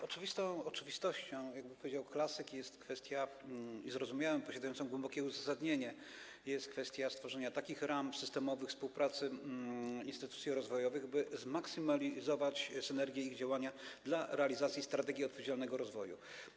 Oczywistą oczywistością, jakby powiedział klasyk, i zrozumiałą, posiadającą głębokie uzasadnienie kwestią jest stworzenie takich ram systemowych współpracy instytucji rozwojowych, by zmaksymalizować synergię ich działania w celu realizacji strategii odpowiedzialnego rozwoju.